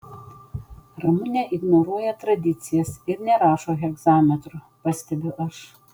ramunė ignoruoja tradicijas ir nerašo hegzametru pastebiu aš